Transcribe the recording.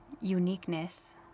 uniqueness